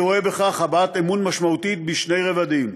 אני רואה בכך הבעת אמון משמעותית בשני רבדים: